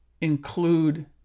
include